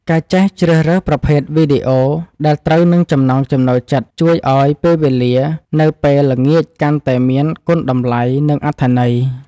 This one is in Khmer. ការចេះជ្រើសរើសប្រភេទវីដេអូដែលត្រូវនឹងចំណង់ចំណូលចិត្តជួយឱ្យពេលវេលានៅពេលល្ងាចកាន់តែមានគុណតម្លៃនិងអត្ថន័យ។